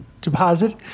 deposit